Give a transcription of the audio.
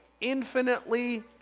infinitely